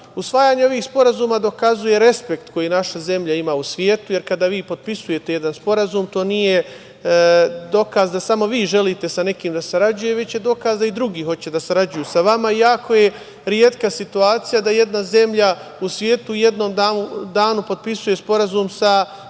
sporazuma. Usvajanje ovih sporazuma dokazuje respekt koji naša zemlja ima u svetu, jer kada vi potpisujete jedan sporazum, to nije dokaz da samo vi želite sa nekim da sarađujete, već je dokaz da i drugi hoće da sarađuju sa vama. Jako je retka situacija da jedna zemlja u svetu u jednom danu potpisuje sporazum sa